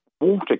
water